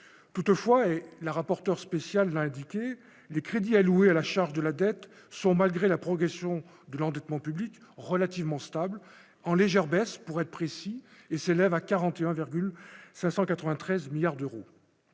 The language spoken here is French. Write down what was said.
toutefois la rapporteur spéciale l'indiquer les crédits alloués à la charge de la dette sont malgré la progression de l'endettement public relativement stable, en légère baisse, pour être précis et s'élève à 41,593 milliards d'euros